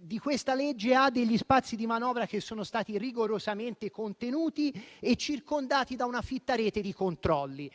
di questa legge ha spazi di manovra che sono stati rigorosamente contenuti e circondati da una fitta rete di controlli.